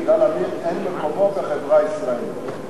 יגאל עמיר, אין מקומו בחברה הישראלית.